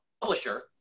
publisher